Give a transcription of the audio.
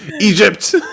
Egypt